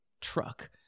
truck